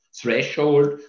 threshold